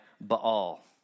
Baal